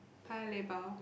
Paya-Lebar